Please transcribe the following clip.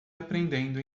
aprendendo